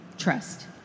trust